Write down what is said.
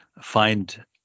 find